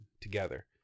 together